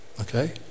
okay